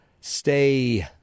stay